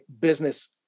business